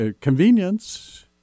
Convenience